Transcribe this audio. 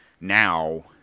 now